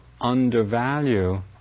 undervalue